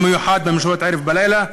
במיוחד במשמרות ערב ולילה,